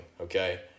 okay